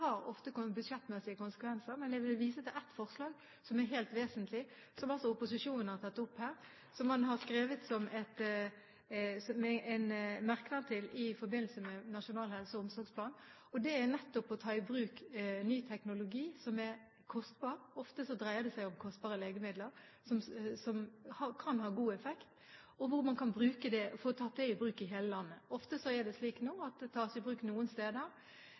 har ofte budsjettmessige konsekvenser. Men jeg vil vise til ett forslag som er helt vesentlig, som opposisjonen har tatt opp her, og som man har skrevet som en merknad i forbindelse med Nasjonal helse- og omsorgsplan. Det dreier seg nettopp om å ta i bruk ny teknologi, noe som er kostbart. Ofte dreier det seg om kostbare legemidler som kan ha god effekt, og som man kan få tatt i bruk i hele landet. Ofte er det slik nå at det tas i bruk noen steder,